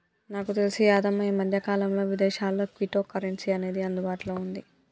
నాకు తెలిసి యాదమ్మ ఈ మధ్యకాలంలో విదేశాల్లో క్విటో కరెన్సీ అనేది అందుబాటులో ఉంది